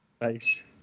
Nice